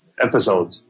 episode